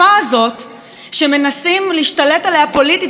שמנסים להשתלט עליה פוליטית ולהפוך אותה לחותמת גומי,